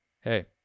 Hey